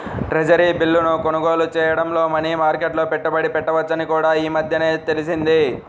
treasury బిల్లును కొనుగోలు చేయడం మనీ మార్కెట్లో పెట్టుబడి పెట్టవచ్చని కూడా ఈ మధ్యనే తెలిసింది